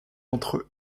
entre